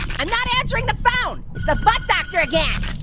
i'm not answering the phone. it's the butt doctor again.